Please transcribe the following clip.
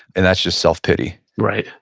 and that's just self pity right,